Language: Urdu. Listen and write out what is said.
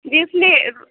جی اس لیے